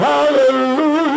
Hallelujah